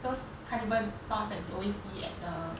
those carnival stalls that we always see at the